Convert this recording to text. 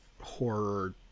horror